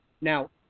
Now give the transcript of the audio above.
Now